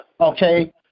Okay